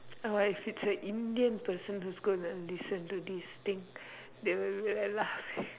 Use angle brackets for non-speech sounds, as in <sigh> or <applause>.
uh if it's a Indian person who is going to listen to this thing they will be like laughing <laughs>